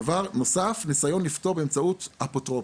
דבר נוסף, ניסיון לפתור באמצעות אפוטרופוס,